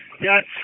Yes